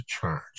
charge